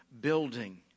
building